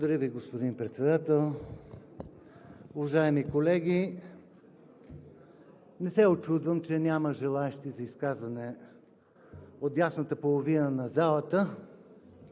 Благодаря Ви, господин Председател. Уважаеми колеги! Не се учудвам, че няма желаещи за изказване от дясната половина на залата,